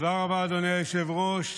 תודה רבה, אדוני היושב-ראש.